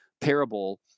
parable